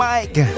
Mike